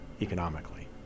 economically